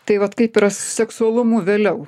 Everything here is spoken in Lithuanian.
tai vat kaip yra su seksualumu vėliau